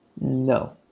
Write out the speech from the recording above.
No